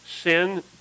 sin